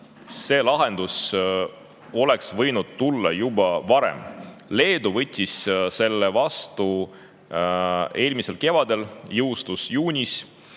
see lahendus oleks võinud tulla juba varem. Leedu võttis selle [otsuse] vastu eelmisel kevadel, see jõustus juunis